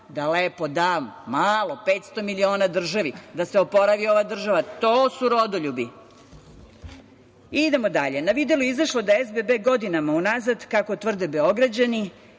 da lepo da malo, 500 miliona državi, da se oporavi ova država. To su rodoljubi. Na videlu je izašlo da SBB godinama unazad, kako tvrde Beograđani,